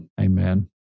Amen